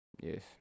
Yes